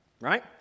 right